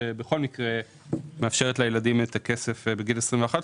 שבכל מקרה מאפשרת לילדים את הכסף בגיל 21,